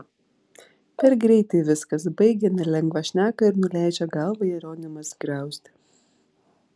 per greitai viskas baigia nelengvą šneką ir nuleidžia galvą jeronimas griauzdė